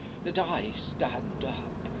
that i stand up,